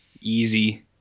easy